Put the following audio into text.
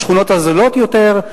לשכונות הזולות יותר,